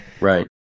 Right